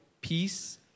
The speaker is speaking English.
peace